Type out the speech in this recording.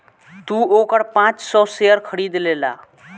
तू ओकर पाँच सौ शेयर खरीद लेला